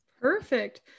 Perfect